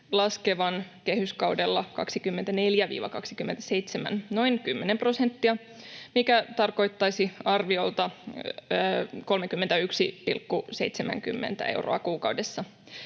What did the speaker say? laskevan kehyskaudella 24—27 noin 10 prosenttia, mikä tarkoittaisi arviolta 31,70 euroa kuukaudessa.